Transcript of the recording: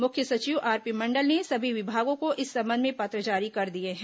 मुख्य सचिव आरपी मंडल ने सभी विभागों को इस संबंध में पत्र जारी कर दिए हैं